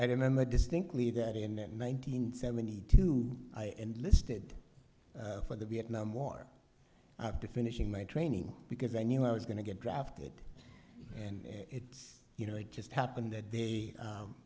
i remember distinctly the one nine hundred seventy two i enlisted for the vietnam war after finishing my training because i knew i was going to get drafted and it you know it just happened that they